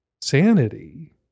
sanity